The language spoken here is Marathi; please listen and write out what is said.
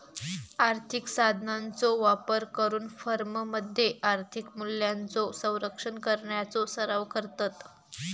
आर्थिक साधनांचो वापर करून फर्ममध्ये आर्थिक मूल्यांचो संरक्षण करण्याचो सराव करतत